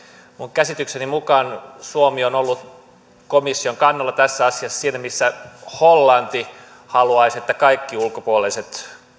käsitykseni mukaan suomi on ollut komission kannalla tässä asiassa siinä missä hollanti haluaisi että kaikki ulkopuoliset